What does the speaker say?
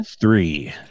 three